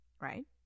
right